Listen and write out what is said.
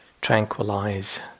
tranquilize